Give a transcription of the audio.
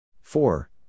Four